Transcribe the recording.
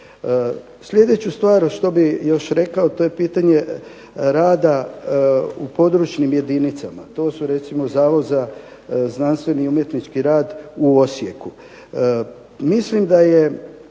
Sljedeću stvar što bi još rekao to je pitanje rada u područnim jedinicama. To su recimo Zavod za znanstveni i umjetnički rad u Osijeku. Mislim da je